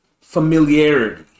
familiarity